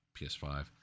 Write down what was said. PS5